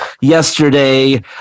yesterday